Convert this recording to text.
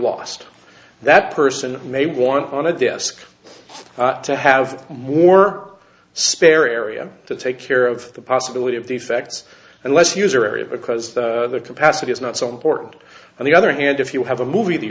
lost that person may want on a desk to have more spare area to take care of the possibility of the effects and less user area because their capacity is not so important and the other hand if you have a movie